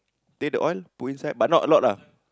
take the oil put inside but not a lot ah